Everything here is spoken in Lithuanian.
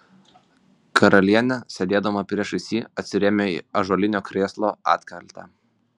karalienė sėdėdama priešais jį atsirėmė į ąžuolinio krėslo atkaltę